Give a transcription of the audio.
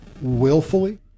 willfully